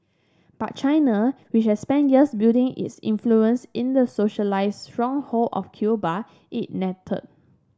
but China which has spent years building its influence in the socialist stronghold of Cuba is nettled